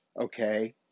okay